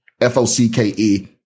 F-O-C-K-E